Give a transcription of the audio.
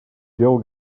делал